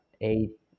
eight